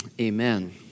amen